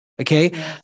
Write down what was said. Okay